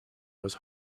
was